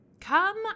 Come